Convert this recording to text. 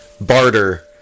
barter